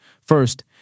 First